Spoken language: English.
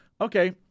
Okay